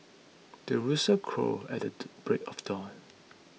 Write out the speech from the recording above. the rooster crows at the break of dawn